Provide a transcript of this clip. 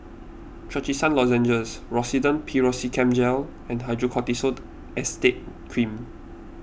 Trachisan Lozenges Rosiden Piroxicam Gel and Hydrocortisone Acetate Cream